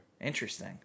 Interesting